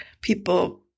people